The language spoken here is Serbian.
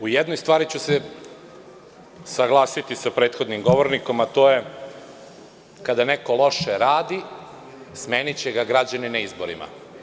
U jednoj stvari ću se saglasiti sa prethodnim govornikom, a to je, kada neko loše radi, smeniće ga građani na izborima.